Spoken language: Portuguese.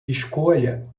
escolha